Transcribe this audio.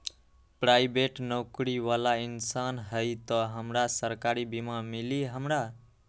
Private नौकरी बाला इंसान हई त हमरा सरकारी बीमा मिली हमरा?